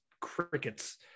crickets